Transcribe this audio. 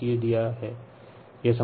और VanVbn और Vcn भी दिया है